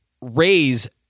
raise